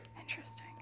Interesting